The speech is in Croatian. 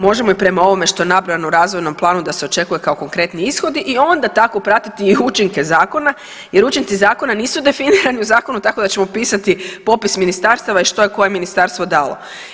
Možemo i prema ovome što je nabrojano u razvojnom planu da se očekuje kao konkretni ishodi i onda tako pratiti i učinke zakona jer učinci zakona nisu definirani u zakonu tako da ćemo pisati popis ministarstava i što je koje ministarstvo dalo.